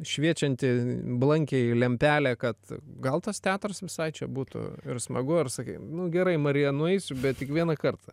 šviečianti blankiai lempelė kad gal tas teatras visai čia būtų smagu ar sakei nu gerai marija nueisiu bet tik vieną kartą